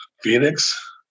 Phoenix